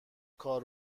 کار